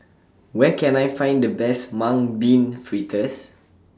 Where Can I Find The Best Mung Bean Fritters